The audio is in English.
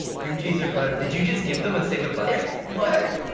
cream cheese or butter. did you just give them a stick of butter? it's butter.